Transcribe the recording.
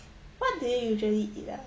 what do you usually eat ah